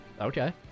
Okay